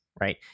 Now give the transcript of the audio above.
right